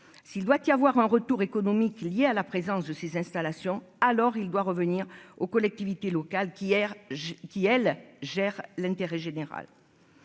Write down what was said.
s'il doit y avoir un retour économique liée à la présence de ces installations, alors il doit revenir aux collectivités locales qu'hier j'qui elle gère l'intérêt général,